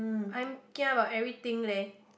I'm kia about everything leh